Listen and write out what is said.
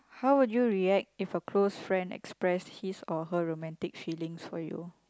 how would you react if a close friend expressed his or her romantic feelings for you